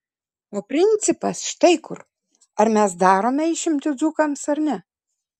o principas štai kur ar mes darome išimtį dzūkams ar ne